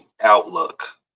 outlook